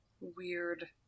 Weird